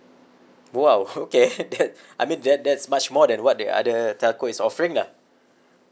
!wow! okay that I mean that that's much more than what the other telco is offering lah